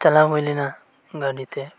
ᱪᱟᱞᱟᱣ ᱦᱩᱭ ᱞᱮᱱᱟ ᱜᱟᱹᱰᱤ ᱛᱮ